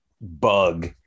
bug